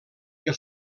que